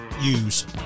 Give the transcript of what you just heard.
use